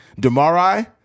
Demari